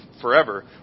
forever